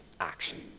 action